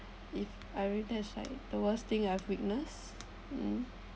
if I witness this like the worst thing I've witnessed mm